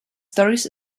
stories